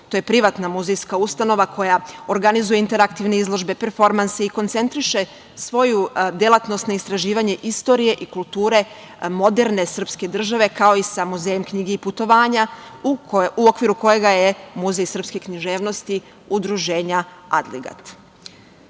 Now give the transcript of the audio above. to je privatna muzejska ustanova koja organizuje interaktivne izložbe, performanse, i koncentriše svoju delatnost na istraživanje istorije i kulture moderne srpske države, kao i sa Muzejem knjige i putovanja, u okviru kojega je Muzeja sprske književnosti udruženja Adligat. Srbija